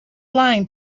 line